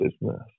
business